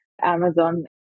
amazon